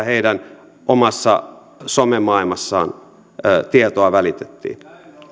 heidän omassa some maailmassaan tietoa välitettiin